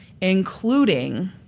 including